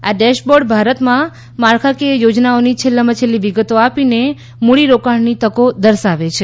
આ ડેશબોર્ડ ભારતમાં માળખાકીય યોજનાઓની છેલ્લાંમાં છેલ્લી વિગતો આપીને મૂડીરોકાણની તકો દર્શાવે છે